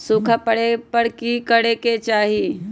सूखा पड़े पर की करे के चाहि